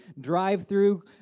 drive-through